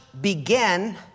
began